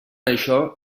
això